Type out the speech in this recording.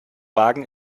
wagen